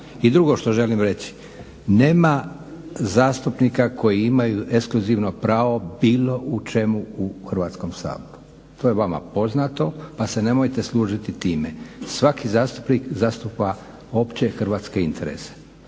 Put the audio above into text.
I drugo što želim reći, nema zastupnika koji imaju ekskluzivno pravo bilo u čemu u Hrvatskom saboru. To je vama poznato pa se nemojte služiti time. Svaki zastupnik zastupa opće hrvatske interese.